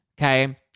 okay